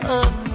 up